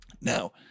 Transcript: Now